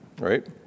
right